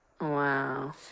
Wow